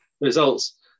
results